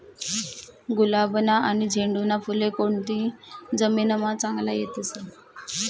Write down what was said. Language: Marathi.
गुलाबना आनी झेंडूना फुले कोनती जमीनमा चांगला येतस?